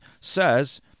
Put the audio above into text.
says